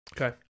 Okay